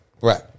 Right